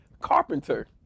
carpenter